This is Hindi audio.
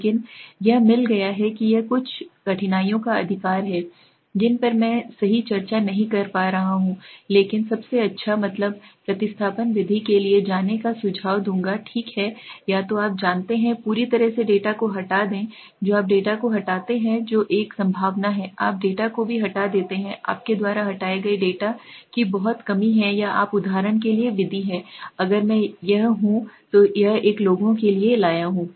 लेकिन यह मिल गया है कि यह कुछ कठिनाइयों का अधिकार है जिन पर मैं सही चर्चा नहीं कर रहा हूँ अब लेकिन सबसे अच्छा मैं मतलब प्रतिस्थापन विधि के लिए जाने का सुझाव दूंगा ठीक है या तो आप जानते हैं पूरी तरह से डेटा को हटा दें जो आप डेटा को हटाते हैं जो एक संभावना है आप डेटा को भी हटा देते हैं आपके द्वारा हटाए गए डेटा की बहुत कमी है या आप उदाहरण के लिए विधि है अगर मैं यह हूं तो एक लोगों के लिए लाया हूं